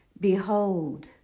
Behold